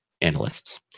analysts